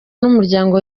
n’umuryango